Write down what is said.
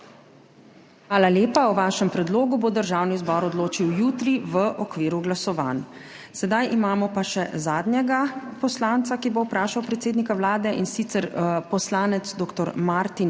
Hvala lepa. O vašem predlogu bo Državni zbor odločil jutri v okviru glasovanj. Sedaj imamo pa še zadnjega poslanca, ki bo vprašal predsednika Vlade, in sicer poslanec dr. Martin